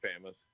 famous